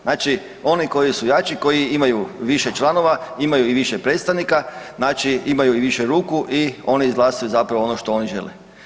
Znači oni koji su jači i koji imaju više članova, imaju i više predstavnika, znači imaju i više ruku i oni izglasaju zapravo što oni žele.